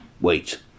Wait